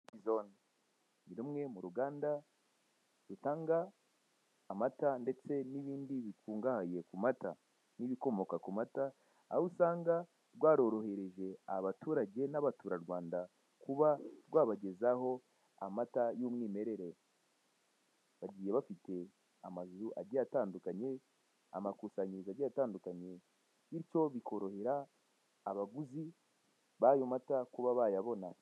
Ni rumwe mu ruganda rutanga amata ndetse n'ibindi bikungahaye ku mata n'ibikomoka ku mata, aho usanga rwarorohereje abaturage n'abaturarwanda kuba rwabagezaho amata y'umwimerere. Bagiye bafite amazu agiye atandukanye amakusanyirizo agiye atandukanye Bityo bikorohera abaguzi bayo mata kuba bayabona.